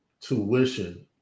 tuition